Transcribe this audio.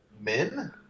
men